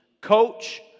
coach